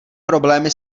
problémy